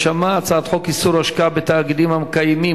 החלטה בדבר תיקוני טעויות בחוק המדיניות